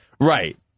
Right